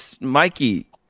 Mikey